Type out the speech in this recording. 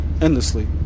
endlessly